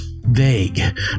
vague